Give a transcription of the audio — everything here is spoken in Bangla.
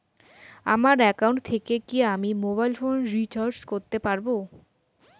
আমার একাউন্ট থেকে কি আমি মোবাইল ফোন রিসার্চ করতে পারবো?